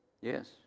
Yes